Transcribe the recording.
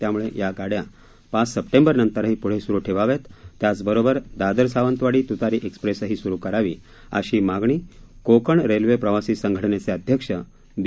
त्यामुळे या गाड्या पाच सप्टेंबरनंतरही पुढे सुरु ठेवाव्यात त्याचबरोबर दादर सावंतवाडी तुतारी एक्सप्रेसही सुरु करावी अशी मागणी कोकण रेल्वे प्रवासी संघटनेचे अध्यक्ष बी